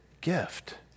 gift